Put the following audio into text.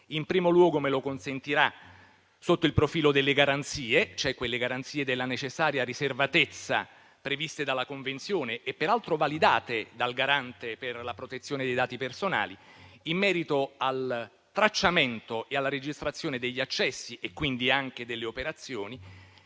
in primo luogo - me lo consentirà - sotto il profilo delle garanzie, quelle di necessaria riservatezza, previste dalla convenzione e peraltro validate dal Garante per la protezione dei dati personali, in merito al tracciamento e alla registrazione degli accessi e delle operazioni,